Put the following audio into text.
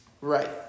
Right